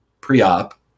pre-op